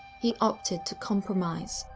he opted to compromise,